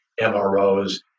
MROs